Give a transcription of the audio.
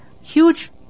huge